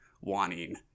wanting